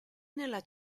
nella